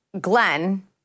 Glenn